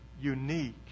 unique